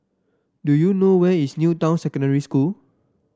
do you know where is New Town Secondary School